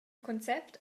concept